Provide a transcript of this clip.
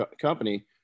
company